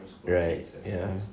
right ya